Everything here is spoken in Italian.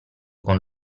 con